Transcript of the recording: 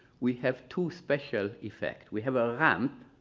we have two special effects, we have a ramp.